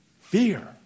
Fear